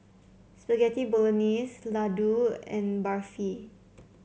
Spaghetti Bolognese Ladoo and Barfi